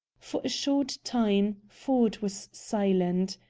for a short time ford was silent.